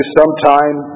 sometime